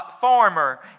farmer